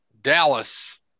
Dallas